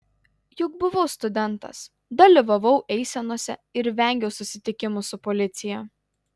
juk buvau studentas dalyvavau eisenose ir vengiau susitikimų su policija